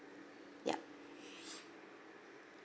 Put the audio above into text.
yup